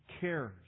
cares